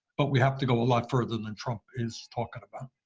but we have to go a lot further than trump is talking about.